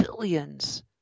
billions